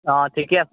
অঁ ঠিকে আছে